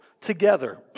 together